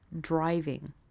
driving